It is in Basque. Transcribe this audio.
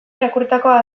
irakurritakoa